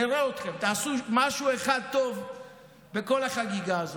נראה אתכם, תעשו משהו אחד טוב בכל החגיגה הזאת.